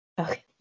Okay